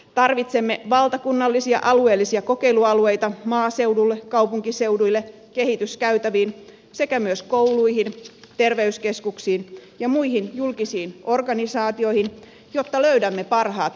tarvitsemme valtakunnallisia ja alueellisia kokeilualueita maaseudulle kaupunkiseuduille kehityskäytäviin sekä myös kouluihin terveyskeskuksiin ja muihin julkisiin organisaatioihin jotta löydämme parhaat ratkaisut